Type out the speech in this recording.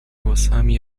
włosami